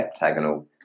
heptagonal